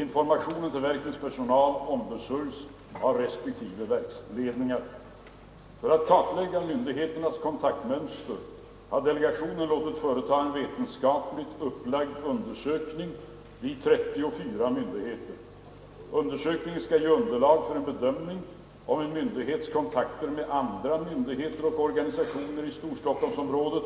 Informationen till verkens personal ombesörjs av respektive verksledningar. För att kartlägga myndigheternas 'kontaktmönster har delegationen låtit företa en vetenskapligt upplagd undersökning vid 34 myndigheter. Undersökningen skall ge underlag för en bedömning om en myndighets kontakter med andra myndigheter och organisationer i Storstockholmsområdet